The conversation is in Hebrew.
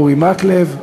אורי מקלב,